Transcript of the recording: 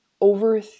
over